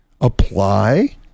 Apply